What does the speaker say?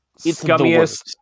scummiest